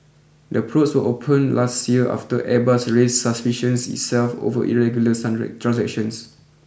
the probes were opened last year after Airbus raised suspicions itself over irregular transactions